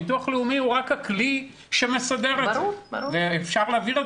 הביטוח הלאומי הוא רק הכלי שמסדר את זה ואפשר להעביר את